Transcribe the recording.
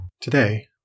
Today